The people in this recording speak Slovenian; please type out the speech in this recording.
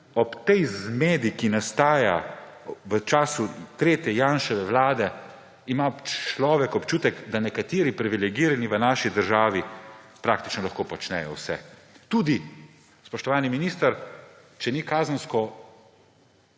ob tej zmedi, ki nastaja v času tretje Janševe vlade, ima človek občutek, da nekateri privilegirani v naši državi praktično lahko počnejo vse. Tudi, spoštovani minister, če ni kazensko